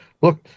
look